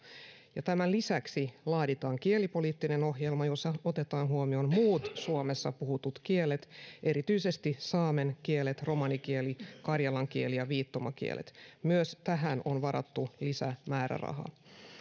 ja tämän lisäksi laaditaan kielipoliittinen ohjelma jossa otetaan huomioon muut suomessa puhutut kielet erityisesti saamen kielet romanikieli karjalan kieli ja viittomakielet myös tähän on varattu lisämäärärahaa